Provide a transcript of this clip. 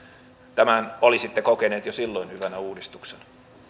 tämän olisitte kokeneet jo silloin hyvänä uudistuksena